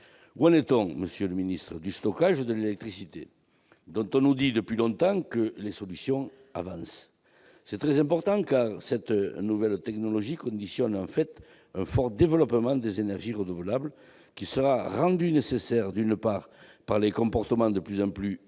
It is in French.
où en est-on du stockage de l'électricité ? On nous dit depuis longtemps que les solutions avancent. C'est très important, car cette nouvelle technologie conditionne un fort développement des énergies renouvelables qui sera rendu nécessaire, d'une part, par les comportements de plus en plus